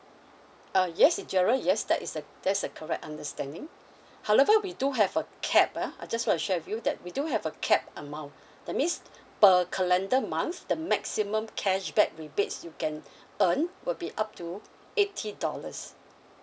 uh yes in general yes that is a that's a correct understanding however we do have a cap ah I just want to share with you that we do have a cap amount that means per calendar month the maximum cashback rebates you can earn will be up to eighty dollars